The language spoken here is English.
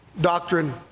doctrine